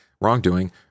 wrongdoing